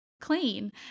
Clean